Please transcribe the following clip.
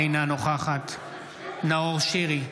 אינה נוכחת נאור שירי,